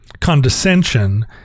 condescension